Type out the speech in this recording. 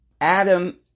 Adam